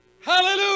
Hallelujah